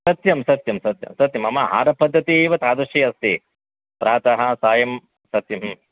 सत्यं सत्यं सत्यं सत्यं मम आहारपद्धतिः एव तादृशी अस्ति प्रातः सायं सत्यं